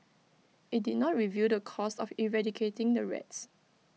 IT did not reveal the cost of eradicating the rats